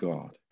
God